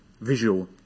visual